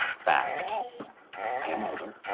fact i am older.